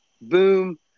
Boom